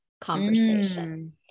conversation